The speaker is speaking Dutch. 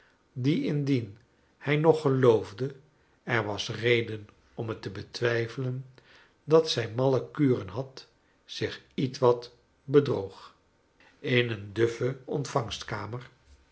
die indien hij nog geloofde er was reden om het te betwijfelen dat zij malle kuren had zich ietwat bedroog in een duffe